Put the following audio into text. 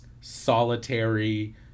solitary